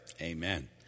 Amen